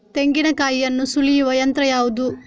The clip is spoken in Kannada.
ತೆಂಗಿನಕಾಯಿಯನ್ನು ಸುಲಿಯುವ ಯಂತ್ರ ಯಾವುದು?